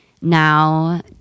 now